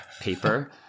paper